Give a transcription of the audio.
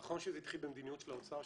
נכון שזה התחיל במדיניות של האוצר,